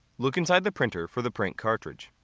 look inside the printer for the print cartridge.